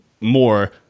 more